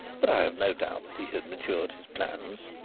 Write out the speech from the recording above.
but i have no doubt that he had matured his plans.